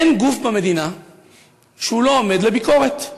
אין גוף במדינה שלא עומד לביקורת.